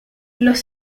los